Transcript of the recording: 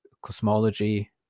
cosmology